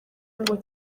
ngo